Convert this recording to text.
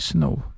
Snow